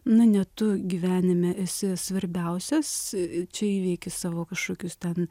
na ne tu gyvenime esi svarbiausias čia įveiki savo kažkokius ten